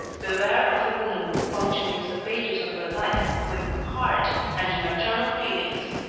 beware of the woman who punctuates the pages of her life with heart and maternal feelings.